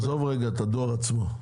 עזוב רגע את הדואר עצמו.